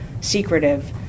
secretive